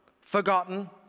forgotten